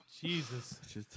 Jesus